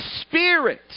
spirit